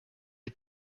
est